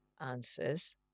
answers